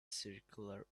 circular